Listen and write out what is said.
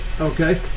Okay